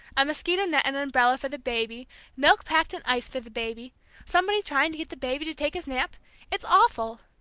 a mosquito-net and an umbrella for the baby milk packed in ice for the baby somebody trying to get the baby to take his nap it's awful!